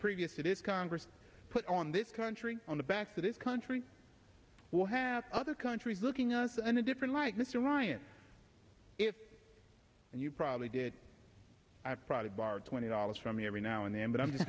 previous it is congress put on this country on the back to this country will have other countries looking us under a different light mr ryan is and you probably did i probably borrowed twenty dollars from me every now and then but i'm